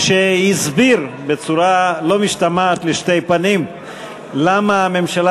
שהסביר בצורה לא משתמעת לשתי פנים למה הממשלה